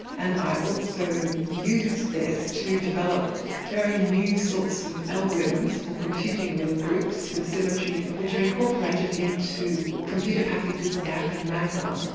and i also used this to develop very new sorts of algorithms for computing with groups with symmetry which are incorporated into computer packages gap and magma.